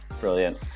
Brilliant